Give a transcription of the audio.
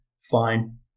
fine